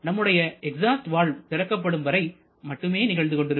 நம்முடைய exhaust valve திறக்கப்படும் வரை மட்டுமே நிகழ்ந்துகொண்டிருக்கும்